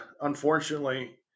Unfortunately